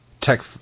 tech